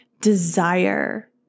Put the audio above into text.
desire